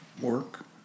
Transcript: work